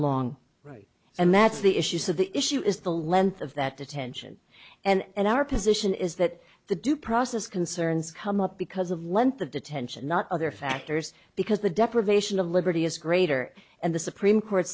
long right and that's the issues of the issue is the length of that detention and our position is that the due process concerns come up because of length of detention not other factors because the deprivation of liberty is greater and the supreme court